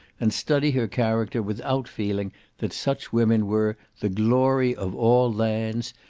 and study her character without feeling that such women were the glory of all lands,